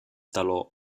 taló